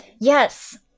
Yes